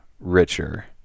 richer